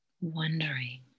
Wondering